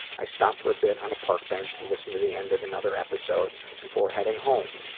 i stop for a bit on a park bench to listen to the end of another episode before heading home.